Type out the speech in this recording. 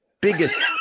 Biggest